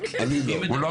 חברת